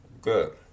Good